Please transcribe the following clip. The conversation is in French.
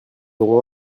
aurons